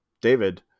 David